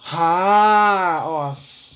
!huh! !wah! s~